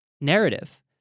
narrative